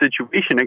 situation